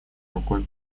рукой